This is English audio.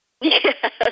Yes